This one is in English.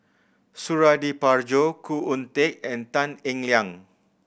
Suradi Parjo Khoo Oon Teik and Tan Eng Liang